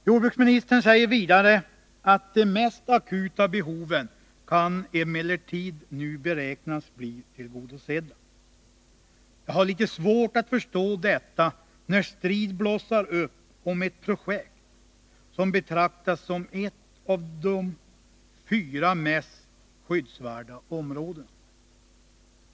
Jordbruksministern säger vidare: ”De mest akuta behoven kan emellertid nu beräknas bli tillgodosedda.” Jag har litet svårt att förstå detta när strid blossar upp om ett projekt som betraktas som ett av de fyra mest skyddsvärda områdena.